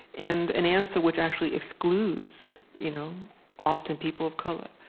and an answer which actually excludes, you know often, people of color.